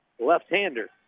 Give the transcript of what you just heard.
Left-hander